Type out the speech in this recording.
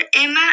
Emma